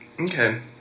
Okay